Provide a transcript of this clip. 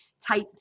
type